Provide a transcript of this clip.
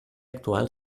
actual